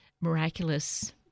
Miraculous